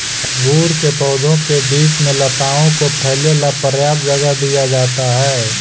अंगूर के पौधों के बीच में लताओं को फैले ला पर्याप्त जगह दिया जाता है